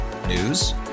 News